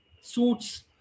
suits